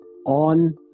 on